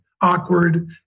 awkward